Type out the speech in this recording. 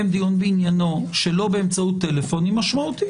דיון בעניינו שלא באמצעות טלפון היא משמעותית.